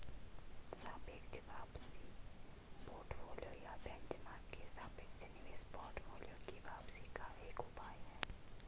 सापेक्ष वापसी पोर्टफोलियो या बेंचमार्क के सापेक्ष निवेश पोर्टफोलियो की वापसी का एक उपाय है